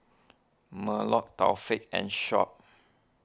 Melur Taufik and Shuib